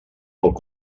molt